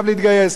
אבל הצבא,